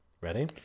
Ready